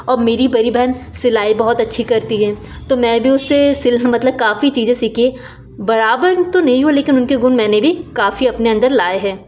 और मेरी बड़ी बहन सिलाई बहुत अच्छी करती है तो मैं भी उससे सिल मतलब काफ़ी सीखी बराबर तो नहीं लेकिन उनके गुण मैंने भी काफ़ी अपने अंदर लाए हैं